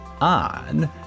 on